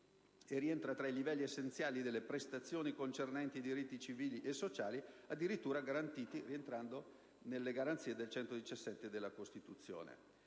che rientra tra i livelli essenziali delle prestazioni concernenti i diritti civili e sociali addirittura garantiti dall'articolo 117 della Costituzione.